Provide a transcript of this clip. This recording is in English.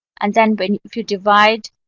and then but if you divide